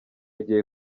igihe